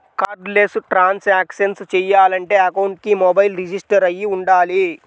cardless cash transactions చెయ్యాలంటే అకౌంట్కి mobile register అయ్యి వుండాలి